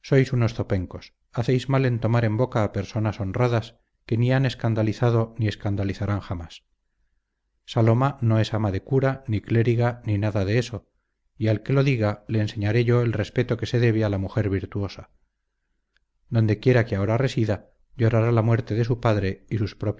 unos zopencos hacéis mal en tomar en boca a personas honradas que ni han escandalizado ni escandalizarán jamás saloma no es ama de cura ni clériga ni nada de eso y al que lo diga le enseñaré yo el respeto que se debe a la mujer virtuosa dondequiera que ahora resida llorará la muerte de su padre